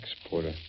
Exporter